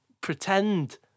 pretend